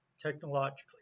technologically